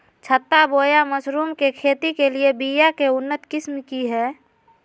छत्ता बोया मशरूम के खेती के लिए बिया के उन्नत किस्म की हैं?